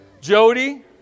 Jody